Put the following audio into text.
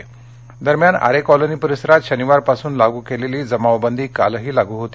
आरे वक्षतोड दरम्यान आरे कॉलनी परिसरात शनिवारपासून लागू केलेली जमावबंदी कालही लागू होती